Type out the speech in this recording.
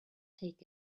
take